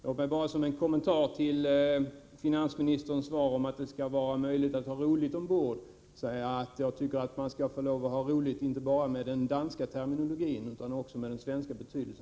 Låt mig vidare bara som en kommentar till finansministerns besked att det skall få vara roligt ombord säga, att jag tycker att man skall få ha roligt inte bara i den danska betydelsen av ordet ”rolig” utan också i ordets svenska betydelse.